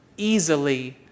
easily